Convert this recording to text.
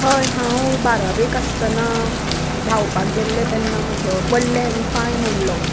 हय हांव बारावेक आसतना धांवपाक गेल्लें तेन्ना म्हजो पडलें आनी पांय मोडलो